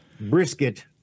brisket